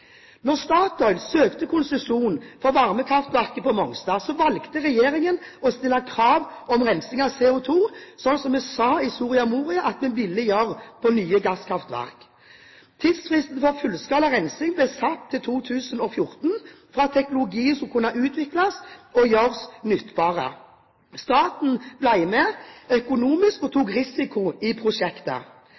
Statoil søkte konsesjon for varmekraftverk på Mongstad, valgte regjeringen å stille krav om rensing av CO2, slik vi sa i Soria Moria at vi ville gjøre når det gjaldt nye gasskraftverk. Tidsfristen for fullskala rensing ble satt til 2014 for at teknologi skulle kunne utvikles og gjøres nyttbar. Staten ble med økonomisk og tok risiko i prosjektet.